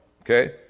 okay